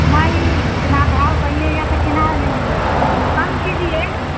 नहीं उतना भाव कहिएगा कितना में लेंगे कम कीजिए